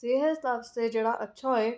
सेह्त आस्तै जेह्ड़ा अच्छा होऐ